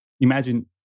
imagine